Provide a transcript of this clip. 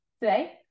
today